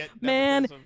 Man